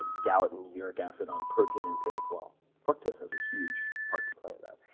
ah gout and uric acid on protein intake. well, fructose has a huge part to play in that.